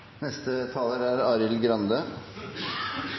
neste taler, som er